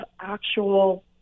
actual